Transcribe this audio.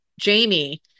Jamie